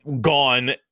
gone